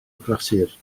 achlysur